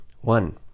One